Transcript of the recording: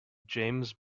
james